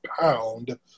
pound